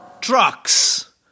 Trucks